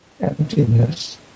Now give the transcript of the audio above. emptiness